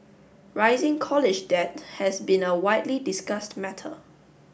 rising college debt has been a widely discussed matter